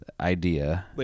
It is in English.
idea